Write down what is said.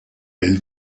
elle